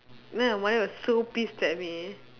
then my mother was so pissed at me